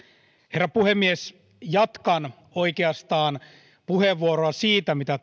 herra puhemies jatkan oikeastaan puheenvuoroa siitä mitä